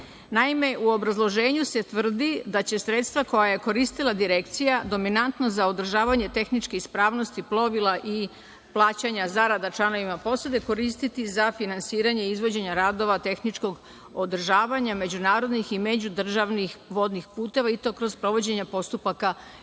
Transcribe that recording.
obrazloženju se tvrdi da će sredstva koja je koristila Direkcija dominantna za održavanje tehničke ispravnosti plovila i plaćanja zarada članovima posade koristiti za finansiranje i izvođenje radova tehničkog održavanja međunarodnih i međudržavnih vodnih puteva i to kroz sprovođenje postupaka javne